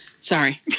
sorry